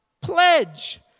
pledge